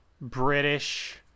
British